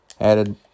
added